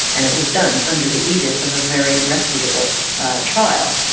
and it was done under the aegis of a very reputable trial.